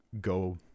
go